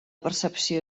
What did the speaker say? percepció